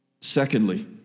Secondly